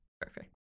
Perfect